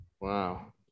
Wow